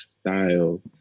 style